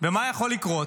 ומה יכול לקרות?